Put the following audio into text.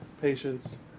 patients